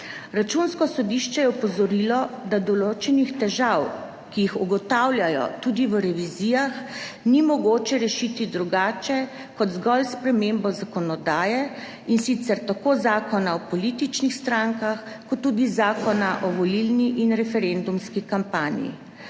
Računsko sodišče je opozorilo, da določenih težav, ki jih ugotavljajo tudi v revizijah, ni mogoče rešiti drugače kot zgolj s spremembo zakonodaje, in sicer tako Zakona o političnih strankah kot tudi zakona o volilni in referendumski kampanji.